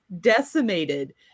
decimated